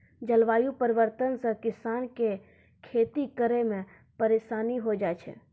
जलवायु परिवर्तन से किसान के खेती करै मे परिसानी होय जाय छै